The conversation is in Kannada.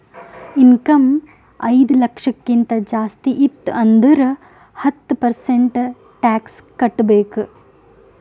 ಇನ್ಕಮ್ ಐಯ್ದ ಲಕ್ಷಕ್ಕಿಂತ ಜಾಸ್ತಿ ಇತ್ತು ಅಂದುರ್ ಹತ್ತ ಪರ್ಸೆಂಟ್ ಟ್ಯಾಕ್ಸ್ ಕಟ್ಟಬೇಕ್